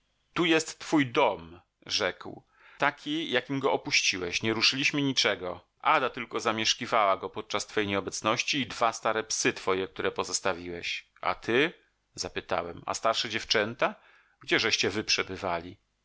tu jest twój dom rzekł taki jakim go opuściłeś nie ruszyliśmy niczego ada tylko zamieszkiwała go podczas twej nieobecności i dwa stare psy twoje które pozostawiłeś a ty zapytałem a starsze dziewczęta gdzieżeście wy przebywali